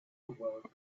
awoke